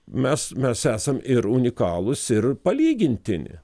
mes mes esam ir unikalūs ir palygintini